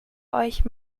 euch